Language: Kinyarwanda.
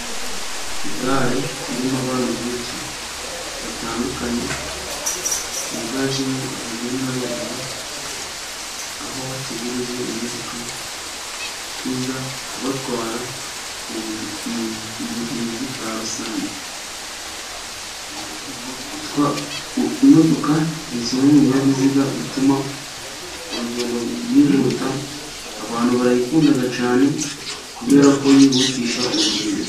Gare irimo abantu benshi batandukanye biganjemo abagore n'abagabo, aho bategereje imodoka ko iza kubatwara mu bugenzi bwa rusange. Imodoka ni kimwe mu binyabiziga bituma urugendo rwihuta, abantu barayikunda cyane kubera ko yihutisha urugendo.